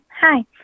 Hi